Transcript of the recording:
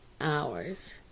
hours